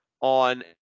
on